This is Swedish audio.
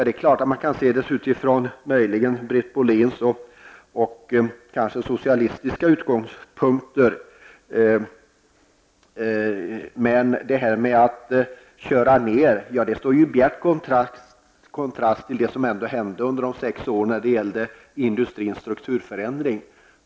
Det är möjligt att man med Britt Bohlins och kanske socialistiska utgångspunkter kan säga så, men talet om att det kördes ner står i bjärt kontrast mot vad som under dessa sex år hände med industrins strukturförändring.